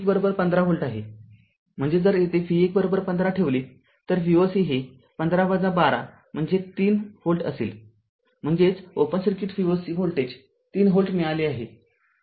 आणि v ११५ volt आहेम्हणजेच जर येथे v ११५ ठेवले तर V o c हे १५ १२ म्हणजे ३ व्होल्ट असेल म्हणजेचओपन circuit V o c voltage ३ volt मिळाले आहे